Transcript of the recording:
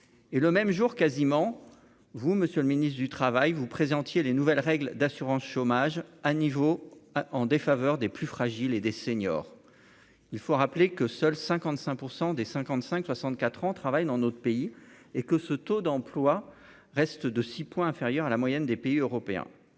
Et le même jour, quasiment, vous, monsieur le ministre du Travail, vous présentiez les nouvelles règles d'assurance chômage à niveau en défaveur des plus fragiles et des seniors, il faut rappeler que seuls 55 % des 55 64 ans travaillent dans notre pays et que ce taux d'emploi reste de 6 points inférieurs à la moyenne des pays européens,